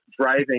driving